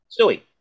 Stewie